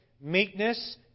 Meekness